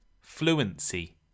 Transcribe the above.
Fluency